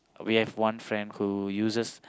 we have one friend who uses